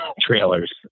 trailers